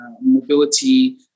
mobility